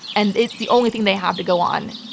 and it's the only thing they have to go on.